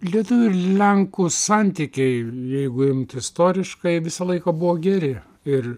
lietuvių ir lenkų santykiai jeigu imt istoriškai visą laiką buvo geri ir